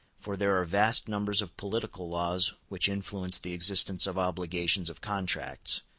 for there are vast numbers of political laws which influence the existence of obligations of contracts,